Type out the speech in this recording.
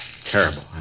Terrible